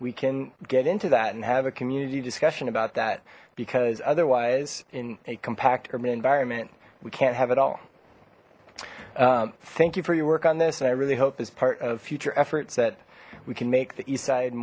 we can get into that and have a community discussion about that because otherwise in a compact urban environment we can't have it all thank you for your work on this and i really hope this part of future efforts that we can make the east side